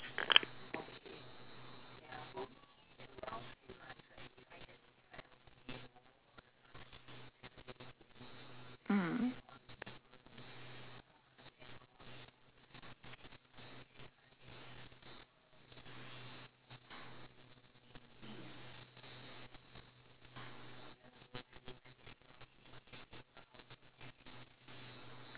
mm